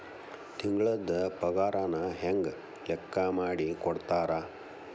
ತಿಂಗಳದ್ ಪಾಗಾರನ ಹೆಂಗ್ ಲೆಕ್ಕಾ ಮಾಡಿ ಕೊಡ್ತಾರಾ